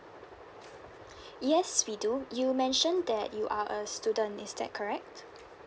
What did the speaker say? yes we do you mentioned that you are a student is that correct